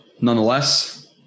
Nonetheless